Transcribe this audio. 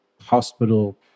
hospital